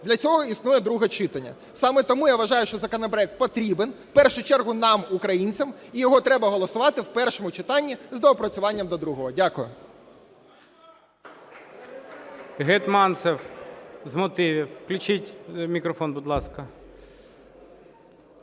Для цього існує друге читання. Саме тому я вважаю, що законопроект потрібен, в першу чергу нам, українцям, і його треба голосувати в першому читанні з доопрацюванням до другого. Дякую.